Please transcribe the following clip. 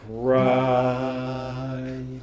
cry